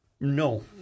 No